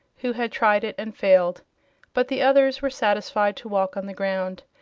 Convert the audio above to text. who had tried it and failed but the others were satisfied to walk on the ground,